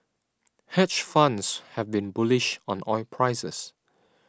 hedge funds have been bullish on oil prices